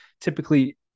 typically